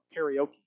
karaoke